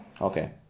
Okay